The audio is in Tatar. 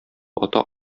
ата